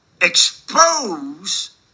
expose